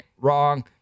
wrong